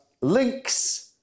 Links